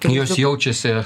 jos jaučiasi